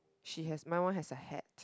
she has my one has a hat